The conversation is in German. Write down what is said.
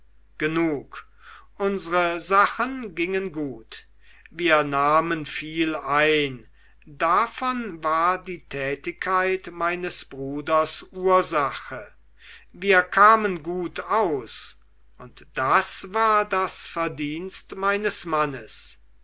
genug unsre sachen gingen gut wir nahmen viel ein davon war die tätigkeit meines bruders ursache wir kamen gut aus und das war das verdienst meines mannes